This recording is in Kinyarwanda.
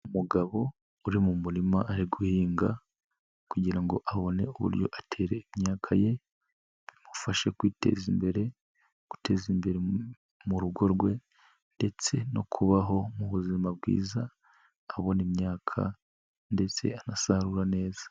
Umugabo uri mu murima ari guhinga, kugira ngo abone uburyo atere imyaka ye, bimufashe kwiteza imbere, guteza imbere mu rugo rwe, ndetse no kubaho mu buzima bwiza, abona imyaka, ndetse anasarura neza.